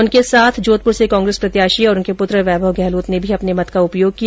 उनके साथ जोधपुर से कांग्रेस प्रत्याशी और उनके पुत्र वैभव गहलोत ने भी अपने मत का उपयोग किया